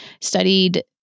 studied